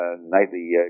nightly